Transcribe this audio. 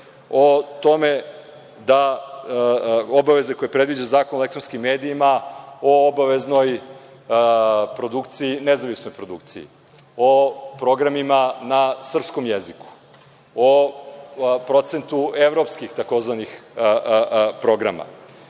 nepoštuju obaveze koje predviđa Zakon o elektronskim medijima o obaveznoj, nezavisnoj produkciji, o programima na srpskom jeziku, o procentu evropskih tzv. programa.